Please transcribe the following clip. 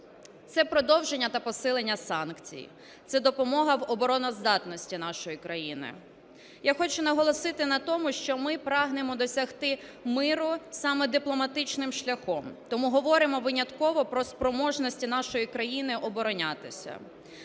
це продовження та посилення санкцій, це допомога в обороноздатності нашої країни. Я хочу наголосити на тому, що ми прагнемо досягти миру саме дипломатичним шляхом, тому говоримо винятково про спроможності нашої країни оборонятися.